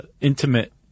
intimate